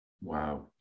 Wow